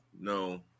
no